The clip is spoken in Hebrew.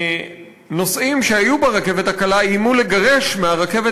ונוסעים שהיו ברכבת הקלה איימו לגרש מהרכבת